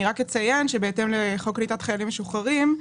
אני רק אציין שבהתאם לחוק קליטת חיילים משוחררים,